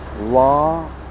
Law